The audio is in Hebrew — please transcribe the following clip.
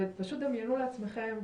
פשוט דמיינו לעצמכם,